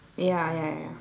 ya ya ya